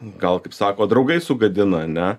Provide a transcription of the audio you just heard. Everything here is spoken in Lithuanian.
gal kaip sako draugai sugadina ane